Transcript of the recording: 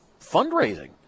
fundraising